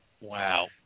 Wow